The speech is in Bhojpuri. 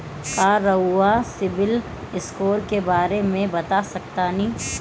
का रउआ सिबिल स्कोर के बारे में बता सकतानी?